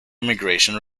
immigration